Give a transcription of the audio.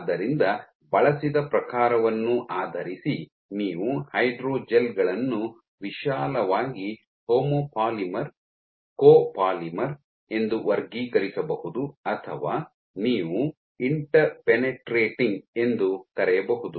ಆದ್ದರಿಂದ ಬಳಸಿದ ಪ್ರಕಾರವನ್ನು ಆಧರಿಸಿ ನೀವು ಹೈಡ್ರೋಜೆಲ್ ಗಳನ್ನು ವಿಶಾಲವಾಗಿ ಹೋಮೋಪಾಲಿಮರ್ ಕೋಪೋಲಿಮರ್ ಎಂದು ವರ್ಗೀಕರಿಸಬಹುದು ಅಥವಾ ನೀವು ಇಂಟರ್ಪೆನೆಟ್ರೇಟಿಂಗ್ ಎಂದು ಕರೆಯಬಹುದು